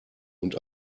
und